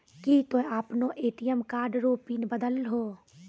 की तोय आपनो ATM card रो पिन बदलहो